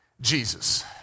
Jesus